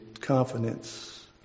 confidence